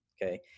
Okay